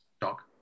talk